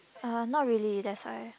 uh not really that's why